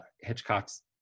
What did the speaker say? Hitchcock's